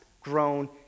grown